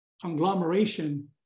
Conglomeration